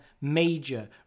major